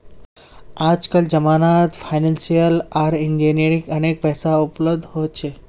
आजकल जमानत फाइनेंसियल आर इंजीनियरिंग अनेक पैसा उपलब्ध हो छे